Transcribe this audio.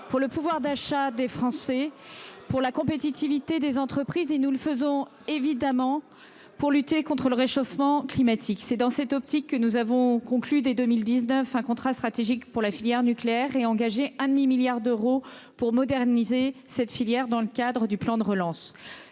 pour le pouvoir d'achat des Français, pour la compétitivité des entreprises, et nous le faisons évidemment pour lutter contre le réchauffement climatique. C'est dans cette optique que nous avons conclu dès 2019 un contrat stratégique pour la filière nucléaire et engagé 0,5 milliard d'euros pour moderniser cette filière dans le cadre du plan de relance.